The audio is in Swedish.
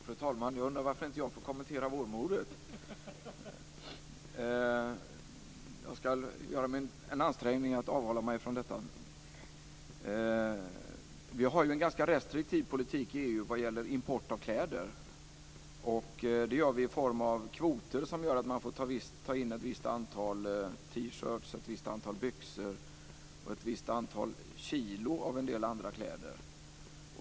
Fru talman! Jag undrar varför jag inte får kommentera vårmodet men jag ska göra en ansträngning att avhålla mig från det. Vi har ju en ganska restriktiv politik i EU vad gäller import av kläder i form av kvoter som gör att man får ta in ett visst antal T-shirtar, ett visst antal byxor och ett visst antal kilo av en del andra kläder.